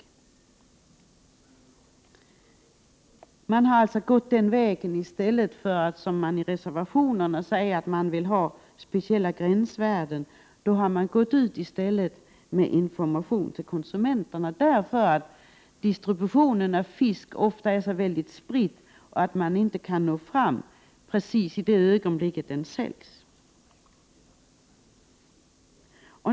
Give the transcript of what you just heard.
I stället för att införa gränsvärden, vilket förordas i reservationerna, har man alltså valt att gå ut med information till konsumenterna. Distributionen av fisk är ofta så spridd att man inte kan nå fram precis i det ögonblick den säljs.